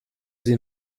sie